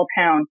town